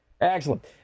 Excellent